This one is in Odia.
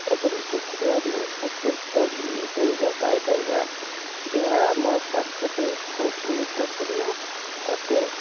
ଏବଂ ସେଥିରୁ ଆମେ ସତେଜ ପନିପରିବା ପାଇପାରିବା ଏହା ଆମ ସ୍ୱାସ୍ଥ୍ୟ ପାଇଁ ଖୁବ୍ ଗୁରୁତ୍ୱପୂର୍ଣ୍ଣ ଅଟେ